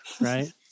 right